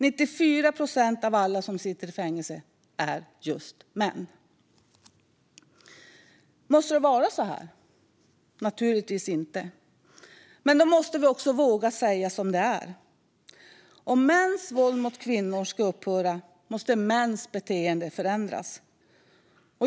94 procent av alla som sitter i fängelse är just män. Måste det vara så här? Naturligtvis inte. Men vi måste våga säga som det är. Om mäns våld mot kvinnor ska upphöra måste mäns beteende förändras.